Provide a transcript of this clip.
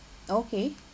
okay